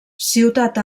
ciutat